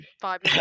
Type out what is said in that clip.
five